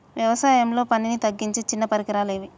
వ్యవసాయంలో పనిని తగ్గించే చిన్న పరికరాలు ఏవి?